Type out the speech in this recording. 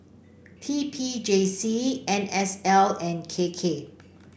T P J C N S L and K K